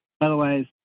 otherwise